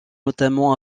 notamment